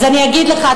אז אני אגיד לך.